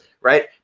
Right